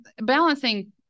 balancing